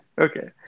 Okay